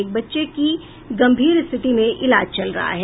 एक बच्चे का गंभीर स्थिति में इलाज चल रहा है